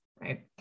right